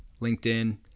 LinkedIn